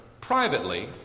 privately